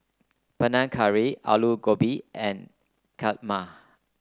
Panang Curry Alu Gobi and Kheema